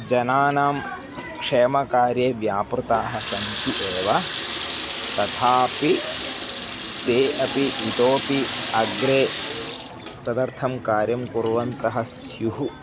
जनानां क्षेमकार्ये व्यापृताः सन्ति एव तथापि ते अपि इतोपि अग्रे तदर्थं कार्यं कुर्वन्तः स्युः